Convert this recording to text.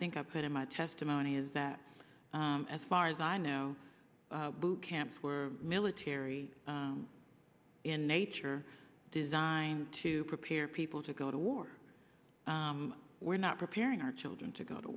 think i put in my testimony is that as far as i know boot camps were military in nature designed to prepare people to go to war we're not preparing our children to go to